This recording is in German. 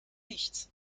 nichts